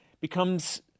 becomes